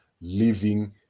living